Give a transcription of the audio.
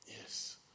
yes